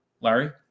Larry